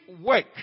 work